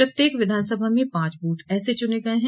प्रत्येक विधानसभा में पांच बूथ ऐसे चुने गये हैं